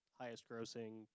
highest-grossing